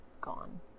gone